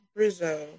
Brizzo